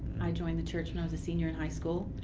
i joined the church when i was a senior in high school,